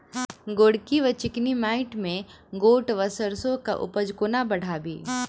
गोरकी वा चिकनी मैंट मे गोट वा सैरसो केँ उपज कोना बढ़ाबी?